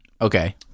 Okay